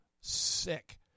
sick